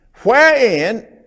Wherein